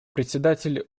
председатель